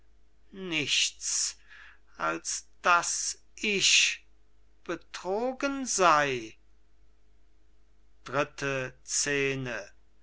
nichts als daß ich betrogen sei dritte scene